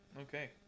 Okay